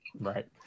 right